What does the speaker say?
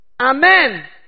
Amen